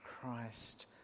Christ